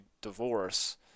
divorce